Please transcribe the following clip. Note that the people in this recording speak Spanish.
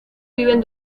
viven